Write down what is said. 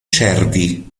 cervi